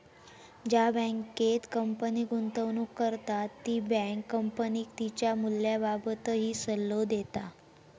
ज्या बँकेत कंपनी गुंतवणूक करता ती बँक कंपनीक तिच्या मूल्याबाबतही सल्लो देता